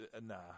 Nah